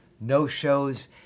No-shows